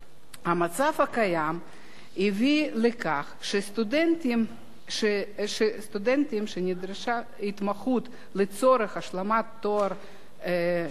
המצב הקיים הביא לכך שסטודנטים שנדרשה התמחות לצורך השלמת התואר שלהם,